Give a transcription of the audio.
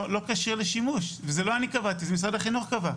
לא כשר לשימוש וזה לא אני קבעתי-זה משרד החינוך קבע.